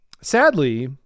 sadly